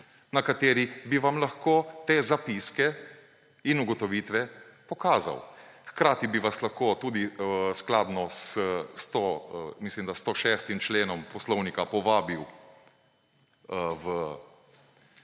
na kateri bi vam lahko te zapiske in ugotovitve pokazal. Hkrati bi vas lahko tudi skladno z, mislim da, 106. členom Poslovnika povabil v